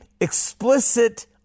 explicit